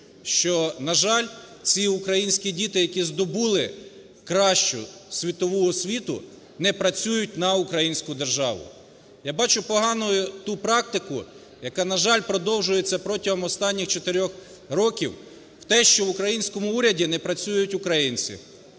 Що, на жаль, ці українські діти, які здобули кращу світову освіту, не працюють на українську державу. Я бачу поганою ту практику, яка, на жаль, продовжується протягом останніх чотирьох років: те, що в українському уряді не працюють українці,